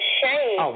shame